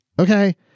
okay